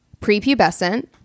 prepubescent